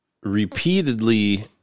repeatedly